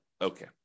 Okay